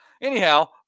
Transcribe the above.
anyhow